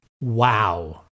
Wow